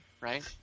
right